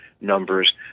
numbers